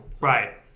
Right